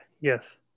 yes